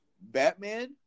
Batman